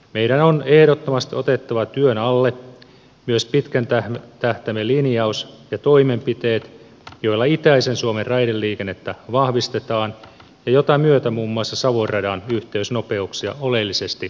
meidän on ehdottomasti otettava työn alle myös pitkän tähtäimen linjaus ja toimenpiteet joilla itäisen suomen raideliikennettä vahvistetaan ja joiden myötä muun muassa savon radan yhteysnopeuksia oleellisesti nostetaan